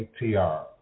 ATR